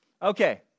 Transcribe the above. Okay